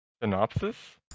Synopsis